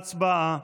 הצבעה.